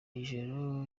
ijoro